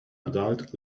adult